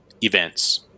events